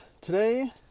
today